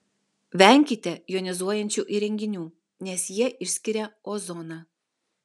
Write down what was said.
venkite jonizuojančių įrenginių nes jie išskiria ozoną